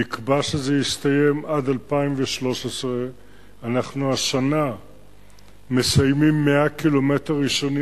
נקבע שזה יסתיים עד 2013. אנחנו השנה מסיימים 100 ק"מ ראשונים,